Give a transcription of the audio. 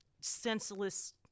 senseless